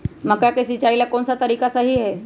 मक्का के सिचाई ला कौन सा तरीका सही है?